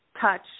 touch